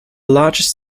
largest